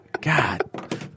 God